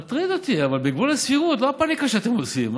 מטריד אותי בגבול הסבירות, לא הפניקה שאתם עושים.